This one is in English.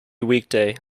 weekday